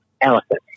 elephant